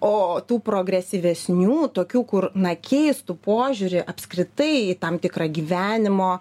o tų progresyvesnių tokių kur na keistų požiūrį apskritai tam tikrą gyvenimo